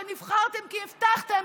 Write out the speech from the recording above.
שנבחרתם כי הבטחתם